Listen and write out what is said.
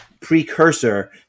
precursor